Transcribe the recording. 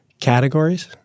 categories